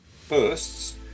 firsts